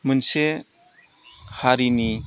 मोनसे हारिनि